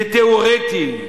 זה תיאורטי,